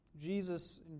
Jesus